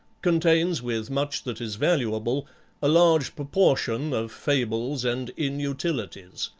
contains with much that is valuable a large proportion of fables and inutilities.